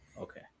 Okay